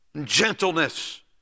gentleness